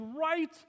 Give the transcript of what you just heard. right